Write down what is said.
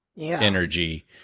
energy